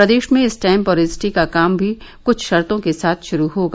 प्रदेश में स्टैम्प और रजिस्ट्री का काम भी क्छ शर्तों के साथ शुरू होगा